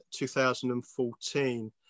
2014